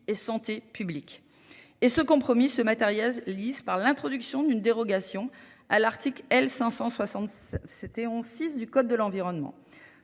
et santé publique. Et ce compromis se matérieuse lise par l'introduction d'une dérogation à l'article L567116 du Code de l'environnement.